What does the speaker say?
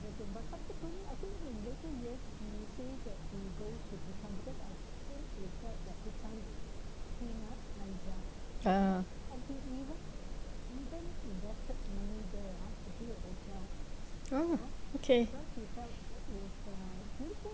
ah oh okay